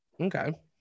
Okay